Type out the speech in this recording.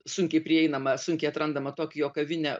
sunkiai prieinamą sunkiai atrandamą tokijo kavinę